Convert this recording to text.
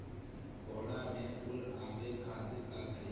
कोहड़ा में फुल आवे खातिर का करी?